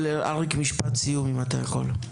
אריק, משפט סיום, אם אתה יכול.